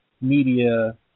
media